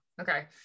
Okay